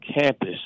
campus